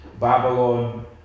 babylon